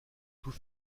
tout